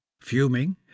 Fuming